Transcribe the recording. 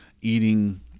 eating